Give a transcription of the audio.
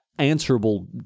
answerable